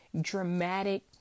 dramatic